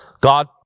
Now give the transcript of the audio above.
God